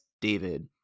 David